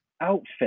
outfit